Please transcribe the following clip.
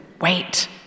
wait